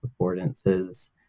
affordances